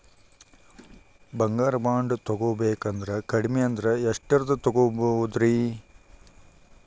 ಬಂಗಾರ ಬಾಂಡ್ ತೊಗೋಬೇಕಂದ್ರ ಕಡಮಿ ಅಂದ್ರ ಎಷ್ಟರದ್ ತೊಗೊಬೋದ್ರಿ?